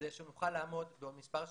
קיימת לישראל כדי שנוכל לעמוד בעוד מספר שנים,